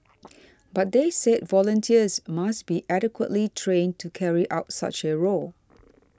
but they said volunteers must be adequately trained carry out such a role